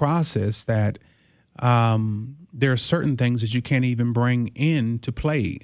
process that there are certain things that you can't even bring into play